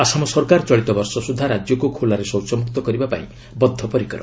ଆସାମ ସରକାର ଚଳିତ ବର୍ଷ ସୁଦ୍ଧା ରାଜ୍ୟକୁ ଖୋଲାରେ ଶୌଚମୁକ୍ତ କରିବା ପାଇଁ ବଦ୍ଧ ପରିକର